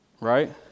right